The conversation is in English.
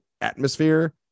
atmosphere